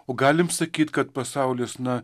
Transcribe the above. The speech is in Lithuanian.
o galim sakyt kad pasaulis na